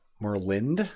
Merlin